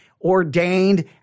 ordained